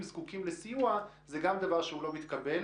זקוקים לסיוע זה גם דבר שלא מתקבל.